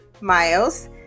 miles